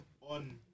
on